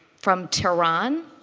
from tehran,